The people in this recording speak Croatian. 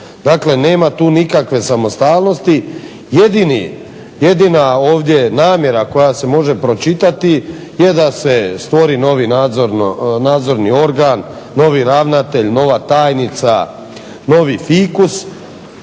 Dakle, nema tu nikakve samostalnosti. Jedina ovdje namjera koja se može pročitati je da se stvori novi nadzorni organ, novi ravnatelj, nova tajnica, novi fikus.